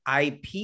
IP